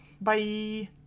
bye